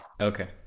Okay